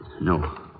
No